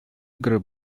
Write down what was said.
игры